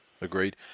Agreed